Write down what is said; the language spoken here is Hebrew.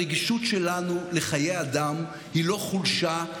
הרגישות שלנו לחיי אדם היא לא חולשה,